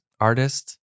artist